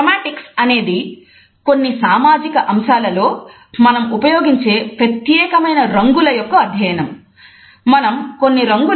chromatics అనేది కొన్ని సామాజిక అంశాలలో మనం ఉపయోగించే ప్రత్యేకమైన రంగుల యొక్క అధ్యయనం